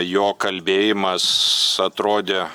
jo kalbėjimas atrodė